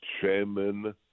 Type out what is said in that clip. chairman—